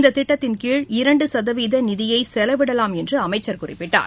இந்தத் திட்டத்தின்கீழ் இரண்டு சதவீத நிதியை செலவிடலாம் என்று அமைச்சர் குறிப்பிட்டார்